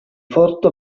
forto